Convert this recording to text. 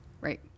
right